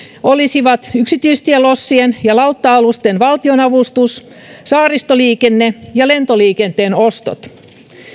olisivat yksityistielossien ja lautta alusten valtionavustus saaristoliikenne ja lentoliikenteen ostot